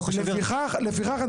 לפיכך,